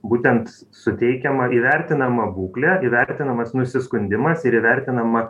būtent suteikiama įvertinama būklė įvertinamas nusiskundimas ir įvertinama